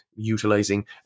utilizing